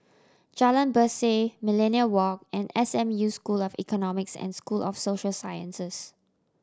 Jalan Berseh Millenia Walk and S M U School of Economics and School of Social Sciences